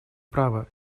право